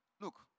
look